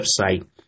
website